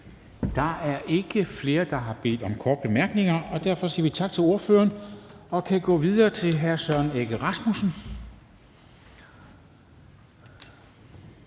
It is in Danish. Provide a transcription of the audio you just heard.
Der er ikke flere, der har bedt om korte bemærkninger. Derfor siger vi tak til ordføreren og kan gå videre til hr. Søren Egge Rasmussen,